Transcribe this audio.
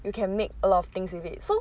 you can make a lot of things with it so